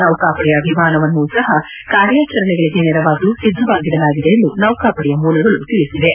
ನೌಕಾಪಡೆಯ ವಿಮಾನವನ್ನೂ ಸಹ ಕಾರ್ಯಾಚರಣೆಗಳಿಗೆ ನೆರವಾಗಲು ಸಿದ್ದವಾಗಿಡಲಾಗಿದೆ ಎಂದು ನೌಕಾಪಡೆಯ ಮೂಲಗಳು ತಿಳಿಸಿವೆ